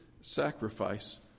sacrifice